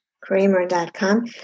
kramer.com